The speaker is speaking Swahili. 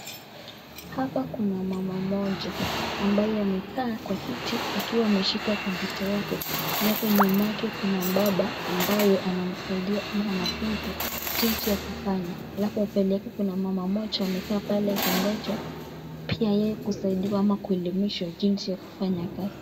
Hapa kuna mama mmoja ambaye amekaa kwa kiti akiwa ameshika kompyuta yake alafu nyuma yake kuna baba ambaye anamsaidia ama anafunza jinsi ya kufanya alafu upendeke kuna mama mmoja amekaa pale akingoja pia yeye kusaidiwa ama kuelimishwa jinsi ya kufanya kazi.